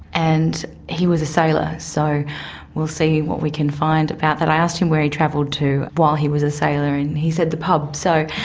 and he was a sailor, so we will see what we can find about that. i asked him where he travelled to while he was a sailor and he said the pub, so